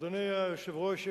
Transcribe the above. אדוני היושב-ראש,